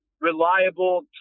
reliable